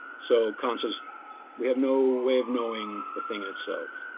so kant says we have no way of knowing the thing itself,